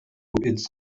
its